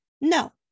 No